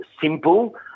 simple